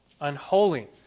unholy